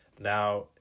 Now